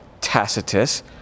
Tacitus